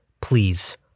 please